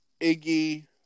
Iggy